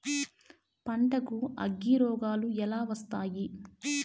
పంటకు అగ్గిరోగాలు ఎలా వస్తాయి?